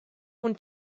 und